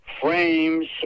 frames